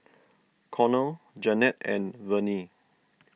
Conor Jannette and Vernie